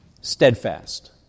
Steadfast